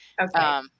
Okay